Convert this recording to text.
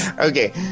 Okay